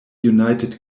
united